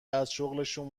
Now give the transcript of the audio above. ازشغلشون